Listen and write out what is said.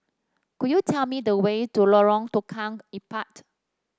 could you tell me the way to Lorong Tukang Empat